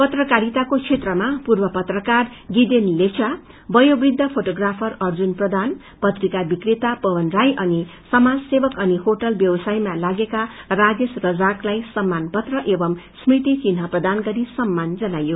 पत्रकारिताको क्षेत्रमा पूर्व पत्रकार भिदेन लेप्वा बयोवृद्ध फोटोग्राफर अर्जुन प्रधान पत्रिका विक्रेता पवन राई अनि समाज सेवक अनि होटल व्यवसायमा लागेका राजेश रजाकलाई सम्मान पत्र एंव स्मृति चिन्ह प्रदान गरि सम्मान जनाइयो